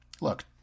Look